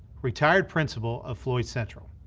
retired principal of floyd central.